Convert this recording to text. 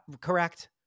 Correct